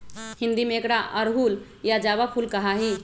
हिंदी में एकरा अड़हुल या जावा फुल कहा ही